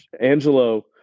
Angelo